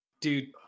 Dude